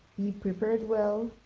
be prepared well,